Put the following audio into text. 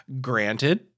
granted